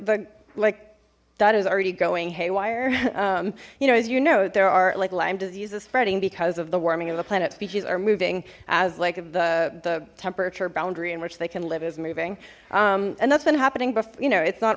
but like that is already going haywire you know as you know there are like lyme diseases spreading because of the warming of the planet species are moving as like the temperature boundary in which they can live is moving and that's been happening but you know it's not